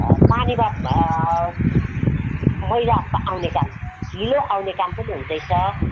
पानीमा मैला आउने काम हिलो आउने काम पनि हुँदैछ